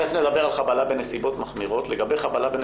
לגבי חבלה בנסיבות מחמירות,